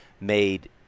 made